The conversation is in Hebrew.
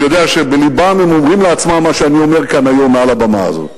אני יודע שבלבם הם אומרים לעצמם מה שאני אומר כאן היום מעל הבמה הזאת.